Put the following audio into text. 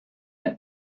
end